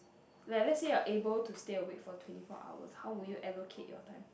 like let's say you are able to stay awake for twenty four hours how would you allocate your time